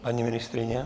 Paní ministryně?